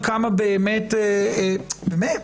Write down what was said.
באמת.